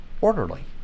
orderly